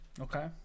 Okay